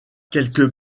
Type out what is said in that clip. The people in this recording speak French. quelques